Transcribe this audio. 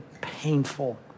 painful